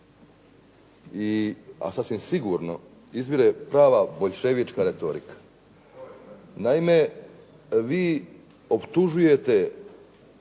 a sasvim sigurno izvire prava boljševička retorika. Naime, vi optužujete